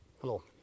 Hello